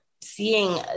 seeing